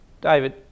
David